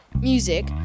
music